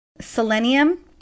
selenium